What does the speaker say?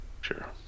Sure